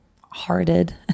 hearted